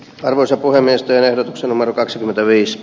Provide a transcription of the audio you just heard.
arvoisa puhemies eero salmela kaksikymmentäviisi